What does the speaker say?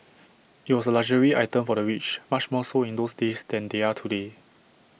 IT was A luxury item for the rich much more so in those days than they are today